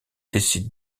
décide